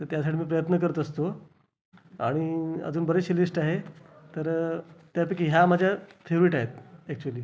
तर त्यासाठी मी प्रयत्न करत असतो आणि अजून बरीचशी लिष्ट आहे तर त्यापैकी ह्या माझ्या फेव्हरेट आहेत ॲक्चुली